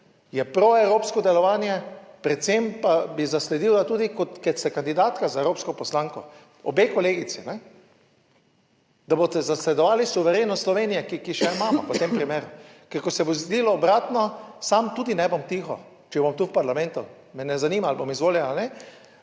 je proevropsko delovanje. Predvsem pa bi zasledil, da tudi kot ste kandidatka za evropsko poslanko, obe kolegici, da boste zasledovali suverenost Slovenije, ki še imamo v tem primeru. Ker ko se bo zgodilo obratno, sam tudi ne bom tiho. Če bom tu v parlamentu, me ne zanima, ali bom izvoljen